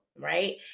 right